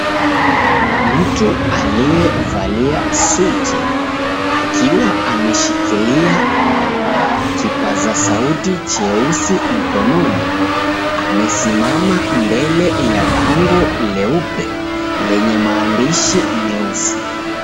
Mtu aliyevalia suti akiwa ameshikilia kipaza sauti cheusi mkononi amesimama mbele ya bango leupe lenye maandishi meusi.